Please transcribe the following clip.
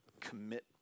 commit